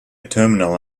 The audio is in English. terminal